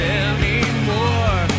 anymore